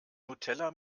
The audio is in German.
nutella